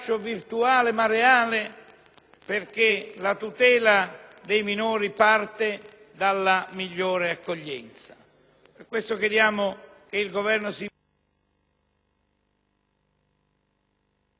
perché la tutela dei minori parte dalla migliore accoglienza. Per questo chiediamo che il Governo si